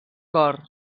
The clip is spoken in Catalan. cor